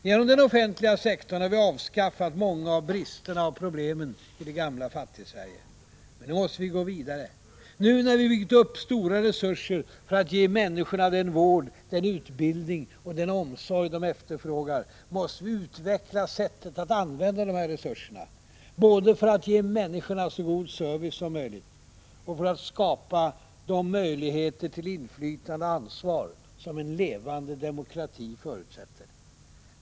Genom den offentliga sektorn har vi avskaffat många av bristerna och problemen i det gamla Fattigsverige. Nu måste vi gå vidare. Nu, när vi byggt upp stora resurser för att ge människorna den vård, den utbildning och den omsorg de efterfrågar, måste vi utveckla sättet att använda dessa resurser — både för att ge människorna så god service som möjligt och för att skapa de möjligheter till inflytande och ansvar som en levande demokrati förutsätter.